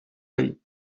him